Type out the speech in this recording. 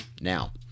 Now